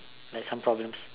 like some problems